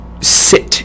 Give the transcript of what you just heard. sit